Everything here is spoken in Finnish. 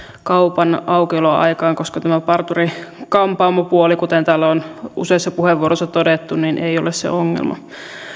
kaupan aukioloaikoihin koska tämä parturi kampaamopuoli kuten täällä on useissa puheenvuoroissa todettu ei ole se ongelma